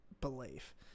belief